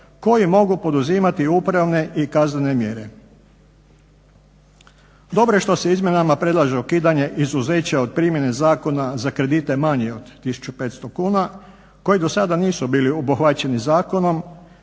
koji mogu poduzimati upravne i kaznene mjere. Dobro je što se izmjenama predlaže ukidanje izuzeća od primjene zakona za kredite manje od 1500 kuna koji do sada nisu bili obuhvaćeni zakonom,